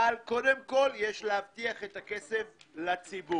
אבל קודם כל יש להבטיח את הכסף לציבור".